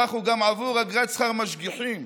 כך גם עבור אגרת שכר משגיחים